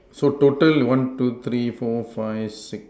so total one two three four five six